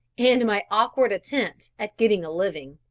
and my awkward attempt at getting a living.